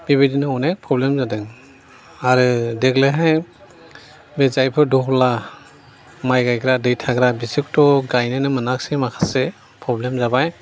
बेबादिनो अनेख प्रब्लेम जादों आरो देग्लायहाय बे जायफोर दहला माइ गायग्रा दै थाग्रा बेसोरखौथ' गायनोनो मोनाखिसै माखासे प्रब्लेम जाबाय